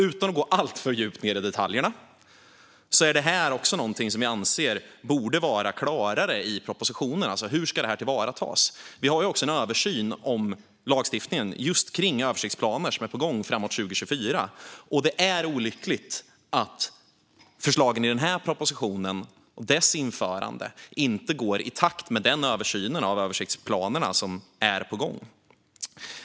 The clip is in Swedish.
Utan att gå alltför djupt ned i detaljerna är detta också någonting som vi anser borde vara klarare i propositionen, alltså hur detta ska tillvaratas. Vi har också en översyn av lagstiftningen just kring översiktsplaner på gång framåt 2024, och det är olyckligt att förslagen i den här propositionen och deras införande inte går i takt med den översyn av översiktsplanerna som är på gång.